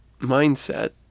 mindset